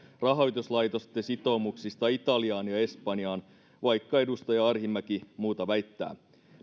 rahoituslaitosten sitoumuksista italiaan ja espanjaan vaikka edustaja arhinmäki muuta väittää